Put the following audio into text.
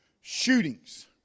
shootings